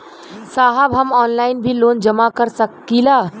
साहब हम ऑनलाइन भी लोन जमा कर सकीला?